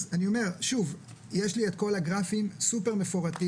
אז אני אומר, יש לי את כל הגרפים, סופר מפורטים.